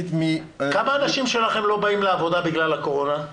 כמה אנשים שלכם לא באים לעבודה בגלל הקורונה?